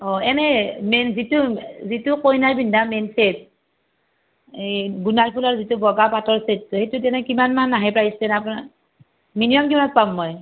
অঁ এনে মেইন যিটো যিটো কইনাই পিন্ধা মেইন চেট এই গুনা ফুলৰ যিটো বগা পাটৰ চেট সেইটোত এনেই কিমান মান আহে প্ৰাইচ মিনিমাম কিমানত পাম মই